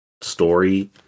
story